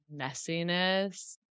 messiness